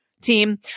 team